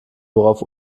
worauf